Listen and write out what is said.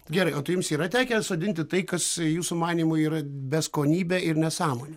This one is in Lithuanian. gerai o tai jums yra tekę sodinti tai kas jūsų manymu yra beskonybė ir nesąmonė